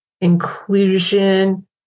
inclusion